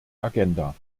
agenda